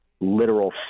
literal